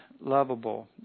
lovable